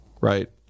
right